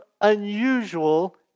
unusual